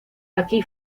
aquí